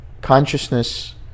consciousness